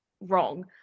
wrong